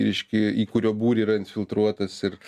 reiškia į kurio būrį yra infiltruotas ir